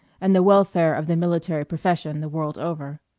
and the welfare of the military profession the world over.